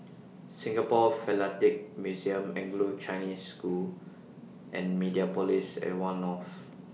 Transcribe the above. Singapore Philatelic Museum Anglo Chinese School and Mediapolis At one North